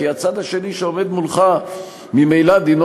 כי הצד השני שעובד מולך ממילא דינו